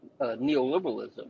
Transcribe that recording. neoliberalism